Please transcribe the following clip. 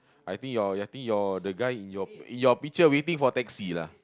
i think your i think your the guy in your in your picture waiting for taxi lah